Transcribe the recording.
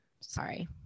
sorry